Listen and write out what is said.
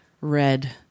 red